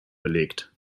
belegt